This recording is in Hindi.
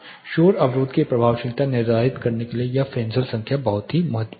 शोर अवरोध की प्रभावशीलता निर्धारित करने के लिए यह फ्रेसेल संख्या बहुत महत्वपूर्ण है